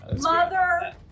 Mother